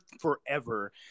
forever